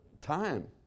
time